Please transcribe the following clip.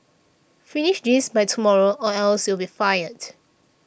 finish this by tomorrow or else you'll be fired